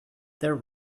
there